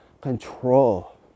control